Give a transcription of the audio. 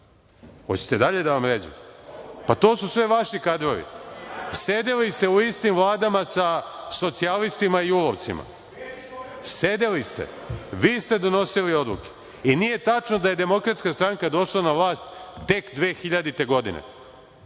Hoćete dalje da vam ređam? Pa, to su sve vaši kadrovi. Sedeli ste u istim vladama sa socijalistima i julovcima. Sedeli ste. Vi ste donosili odluke. I, nije tačno da je DS došla na vlast tek 2000. godine,